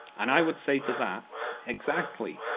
and i would say to that exactly!